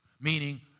Meaning